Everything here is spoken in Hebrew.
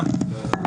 גם.